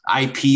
IP